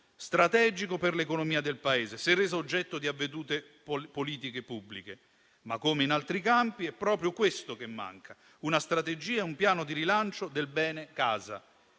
strategico per l'economia del Paese, se reso oggetto di avvedute politiche pubbliche. Come in altri campi, però, è proprio questo che manca, una strategia e un piano di rilancio del bene casa,